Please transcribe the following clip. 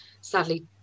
sadly